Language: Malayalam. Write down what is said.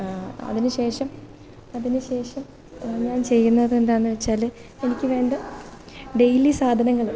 അതിനു ശേഷം അതിനുശേഷം ഞാൻ ചെയ്യുന്നത് എന്താണെന്നുവെച്ചാൽ എനിക്ക് വേണ്ട ഡെയിലി സാധനങ്ങൾ